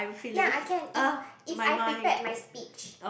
ya I can if if I prepared my speech